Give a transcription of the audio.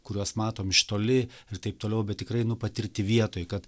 kuriuos matom iš toli ir taip toliau bet tikrai nu patirti vietoj kad